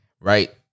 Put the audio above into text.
Right